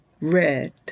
red